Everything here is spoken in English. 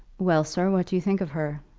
well, sir, what do you think of her?